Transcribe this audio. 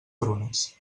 prunes